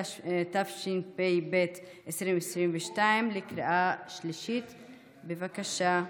התשפ"ב 2022. בבקשה,